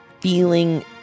feeling